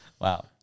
Wow